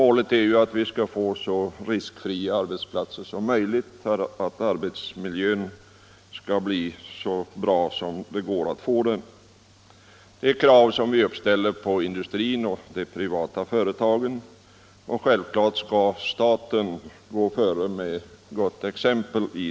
Målet är att vi skall få så riskfria arbetsplatser som möjligt och att arbetsmiljön skall bli så bra som det går att få den. Det är krav som vi ställer på industrin och de privata företagen, och självfallet skall staten gå före med gott exempel.